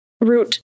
Root